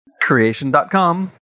Creation.com